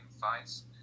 fights